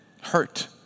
hurt